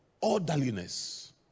orderliness